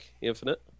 Infinite